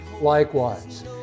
likewise